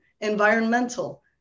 environmental